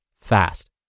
fast